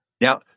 Now